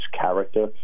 character